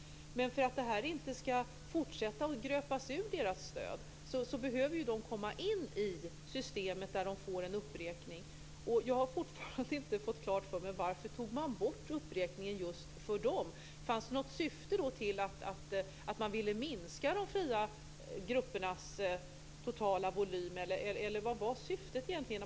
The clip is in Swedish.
Men för att deras stöd inte ska fortsätta att urgröpas behöver de komma in i systemet där de kan få en uppräkning. Jag har fortfarande inte fått klart för mig varför man tog bort uppräkningen just för dem. Fanns det något syfte, ville man minska de fria gruppernas totala volym, eller vad var syftet egentligen?